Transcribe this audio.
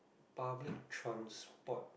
public transport